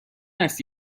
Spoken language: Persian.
است